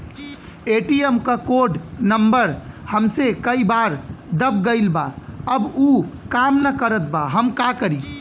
ATM क code number हमसे कई बार दब गईल बा अब उ काम ना करत बा हम का करी?